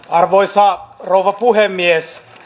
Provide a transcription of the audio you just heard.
arvoisa rouva puhemies